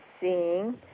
seeing